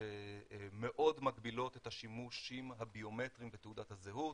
שמאוד מגבילות את השימושים הביומטריים בתעודת הזהות,